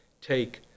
take